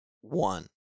one